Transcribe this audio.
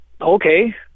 okay